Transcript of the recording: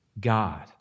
God